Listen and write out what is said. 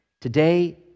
today